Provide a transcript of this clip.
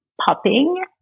popping